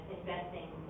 investing